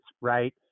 right